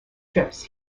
trips